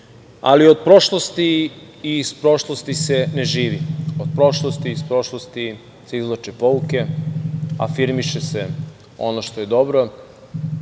ali od prošlosti i iz prošlosti se ne živi, od prošlosti i iz prošlosti se izvlače pouke, afirmiše se ono što je dobro,